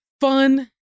fun